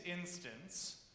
instance